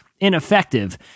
ineffective